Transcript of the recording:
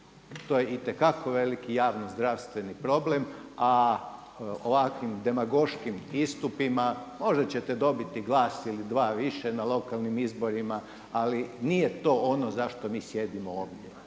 To je itekako veliki, javni, zdravstveni problem, a ovakvim demagoškim istupima možda ćete dobiti glas ili dva više na lokalnim izborima, ali nije to ono zašto mi sjedimo ovdje.